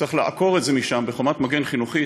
צריך לעקור את זה משם בחומת מגן חינוכית.